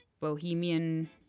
bohemian